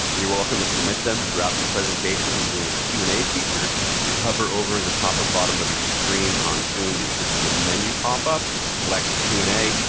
you're welcome to submit them throughout the presentation using the q and a feature. if you hover over the top or bottom of your screen on zoom, you should see a menu pop up. select q and a,